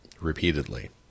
Repeatedly